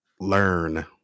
learn